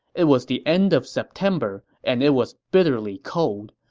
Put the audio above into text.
it was the end of september, and it was bitterly cold.